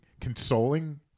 consoling